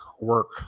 work